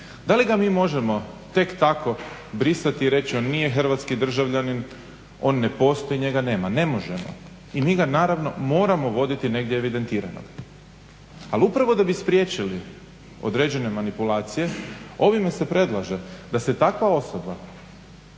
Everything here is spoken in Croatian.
Da li ga mi možemo tek tako brisati i reći on nije Hrvatski državljanin, on ne postoji, njega nema? Ne možemo i mi ga naravno moramo voditi negdje evidentiranog. Ali upravo da bi spriječili određene manipulacije ovime se predlaže da se takva osoba,